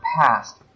past